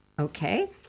Okay